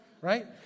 right